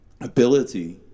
ability